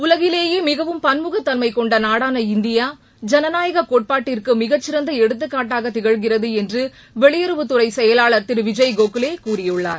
உலகிலேயே மிகவும் பன்முகத்தன்மை கொண்ட நாடான இந்தியா ஜனநாயக கோட்பாட்டிற்கு மிகச்சிறந்த எடுத்துக்காட்டாக திகழ்கிறது என்று வெளியுறவுத்துறை செயலாளர் திரு விஜய்கோகலே கூறியுள்ளார்